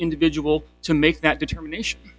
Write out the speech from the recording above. individual to make that determination